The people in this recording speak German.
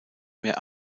mehr